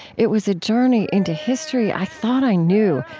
it was a journey into history i thought i knew,